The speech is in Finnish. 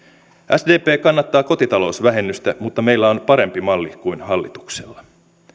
sdp kannattaa kotitalousvähennystä mutta meillä on parempi malli kuin hallituksella